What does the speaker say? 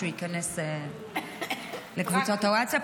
שהוא ייכנס לקבוצות הווטסאפ.